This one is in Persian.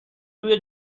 روی